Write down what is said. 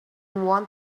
want